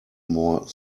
more